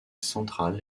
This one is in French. central